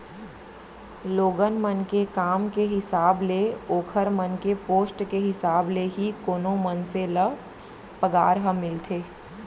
लोगन मन के काम के हिसाब ले ओखर मन के पोस्ट के हिसाब ले ही कोनो मनसे ल पगार ह मिलथे